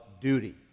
duty